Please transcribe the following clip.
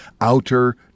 Outer